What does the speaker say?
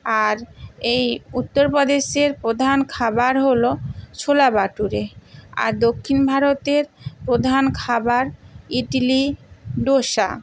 আর এই উত্তরপ্রদেশের প্রধান খাবার হলো ছোলা বাটুরে আর দক্ষিণ ভারতের প্রধান খাবার ইডলি ধোসা